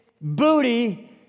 booty